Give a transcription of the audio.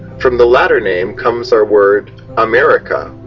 from the latter name comes our word america.